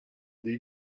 dei